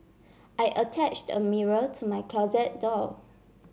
I attached a mirror to my closet door